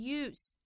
use